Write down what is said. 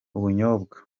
ubunyobwa